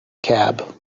cab